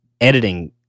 editing